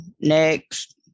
next